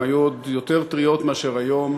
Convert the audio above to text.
והן היו עוד יותר טריות מאשר היום.